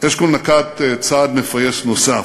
אשכול נקט צעד מפייס נוסף,